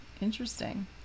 interesting